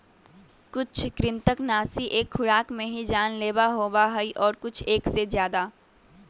कुछ कृन्तकनाशी एक खुराक में ही जानलेवा होबा हई और कुछ एक से ज्यादा